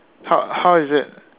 how how is it